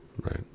Right